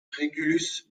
régulus